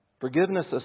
forgiveness